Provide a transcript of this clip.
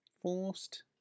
Forced